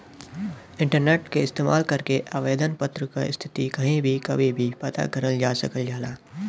internet क इस्तेमाल करके आवेदन पत्र क स्थिति कहीं भी कभी भी पता करल जा सकल जाला